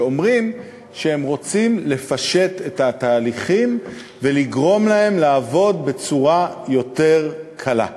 שאומרים שהם רוצים לפשט את התהליכים ולגרום להם לעבוד בצורה יותר קלה.